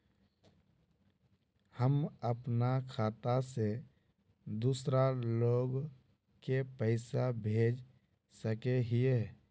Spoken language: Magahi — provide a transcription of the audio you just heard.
हम अपना खाता से दूसरा लोग के पैसा भेज सके हिये?